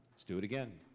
let's do it again.